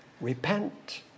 Repent